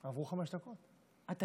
עברו חמש דקות, עם כל העצירות.